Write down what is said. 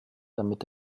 damit